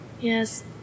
Yes